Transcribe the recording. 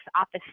office